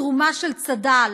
התרומה של צד"ל,